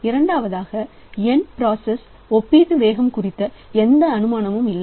இரண்டாவதாக n process ஒப்பீட்டு வேகம் குறித்து எந்த அனுமானமும் இல்லை